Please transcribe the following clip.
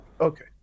okay